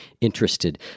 interested